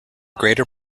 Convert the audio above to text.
greater